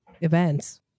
events